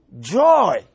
joy